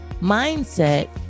mindset